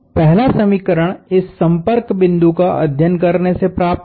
पहला समीकरण इस संपर्क बिंदु का अध्ययन करने से प्राप्त होगा